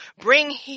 Bring